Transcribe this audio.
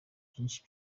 byinshi